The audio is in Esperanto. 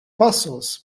pasos